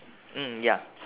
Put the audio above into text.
mm ya